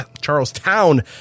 Charlestown